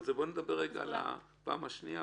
זה לא עניין של אומץ,